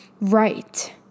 right